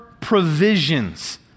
provisions